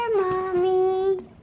Mommy